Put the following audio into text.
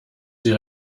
sie